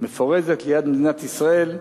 מפורזת ליד מדינת ישראל.